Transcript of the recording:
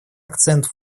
акцент